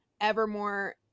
evermore